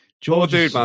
George